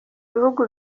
bihugu